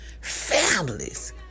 families